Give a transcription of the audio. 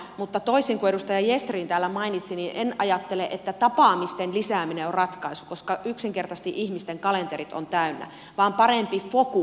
mutta toisin kuin edustaja gestrin täällä mainitsi en ajattele että tapaamisten lisääminen on ratkaisu koska yksinkertaisesti ihmisten kalenterit ovat täynnä vaan ratkaisuna on parempi fokus